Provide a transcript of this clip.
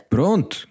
Pronto